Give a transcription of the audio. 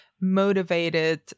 motivated